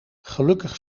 gelukkig